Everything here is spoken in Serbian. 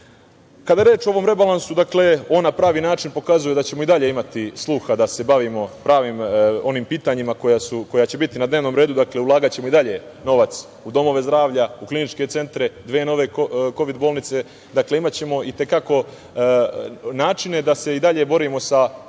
je reč o ovom rebalansu, on na pravi način pokazuje da ćemo i dalje imati sluha da se bavimo pravim pitanjima koja će biti na dnevnom redu. Dakle, ulagaćemo i dalje novac u domove zdravlja, u kliničke centre, dve nove Kovid bolnice. Dakle, imaćemo i te kako načine da se i dalje borimo sa posledicama